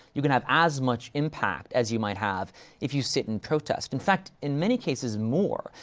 you can have as much impact as you might have if you sit and protest. in fact, in many cases, more.